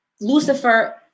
Lucifer